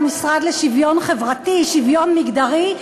חברתי חברת הכנסת השרה גילה גמליאל,